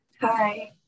Hi